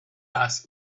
ask